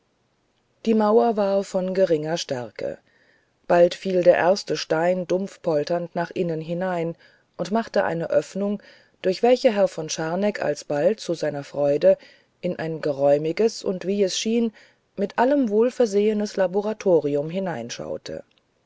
die mauer war von geringer stärke bald fiel der erste stein dumpf polternd nach innen hinein und machte eine öffnung durch welche herr von scharneck alsbald zu seiner freude in ein geräumiges und wie es schien mit allem wohlversehenes laboratorium